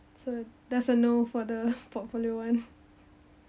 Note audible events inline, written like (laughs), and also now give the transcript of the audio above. so that's a no for the (laughs) portfolio one